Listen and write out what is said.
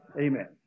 Amen